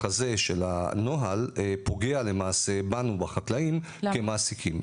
הזה של הנוהל פוגע למעשה בנו בחקלאים כמעסיקים.